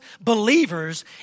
believers